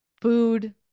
food